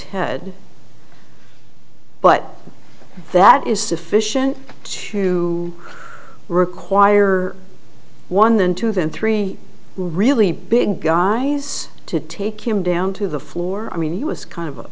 head but that is sufficient to require one then two then three really big guys to take him down to the floor i mean he was kind of